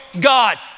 God